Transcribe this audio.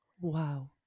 Wow